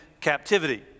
captivity